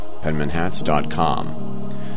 PenmanHats.com